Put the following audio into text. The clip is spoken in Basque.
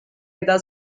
eta